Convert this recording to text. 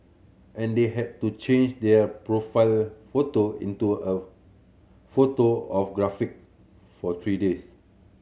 and they had to change their profile photo into a photo of giraffe for three days